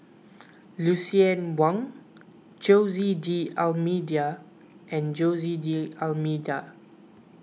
Lucien Wang Jose D'Almeida and Jose D'Almeida